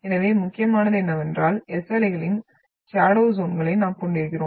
எனவே முக்கியமானது என்னவென்றால் S அலைகளின் ஷடோவ் ஜ்யோன்களை நாம் கொண்டிருக்கிறோம்